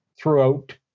throughout